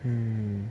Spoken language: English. hmm